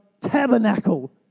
tabernacle